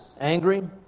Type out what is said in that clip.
angry